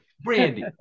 brandy